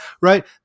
right